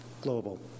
global